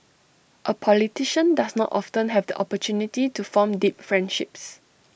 A politician does not often have the opportunity to form deep friendships